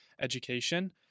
education